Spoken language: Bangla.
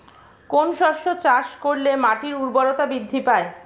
কোন শস্য চাষ করলে মাটির উর্বরতা বৃদ্ধি পায়?